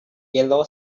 yellow